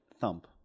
thump